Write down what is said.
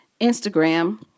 Instagram